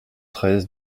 treize